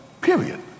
period